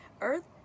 Earth